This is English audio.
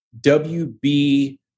WB